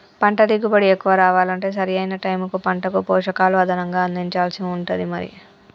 పంట దిగుబడి ఎక్కువ రావాలంటే సరి అయిన టైముకు పంటకు పోషకాలు అదనంగా అందించాల్సి ఉంటది మరి